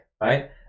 right